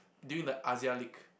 during the league